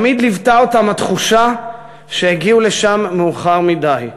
תמיד ליוותה אותם התחושה שהגיעו לשם מאוחר מדי,